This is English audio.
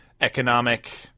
economic